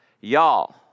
Y'all